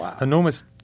enormous